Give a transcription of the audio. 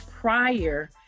prior